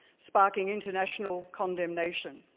sparking international condemnation.